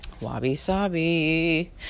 wabi-sabi